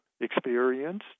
experienced